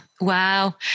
Wow